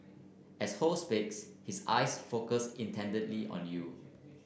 as Ho speaks his eyes focus intently on you